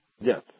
Yes